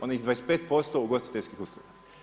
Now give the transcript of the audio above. Onih 25% ugostiteljskih usluga.